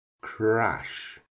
crash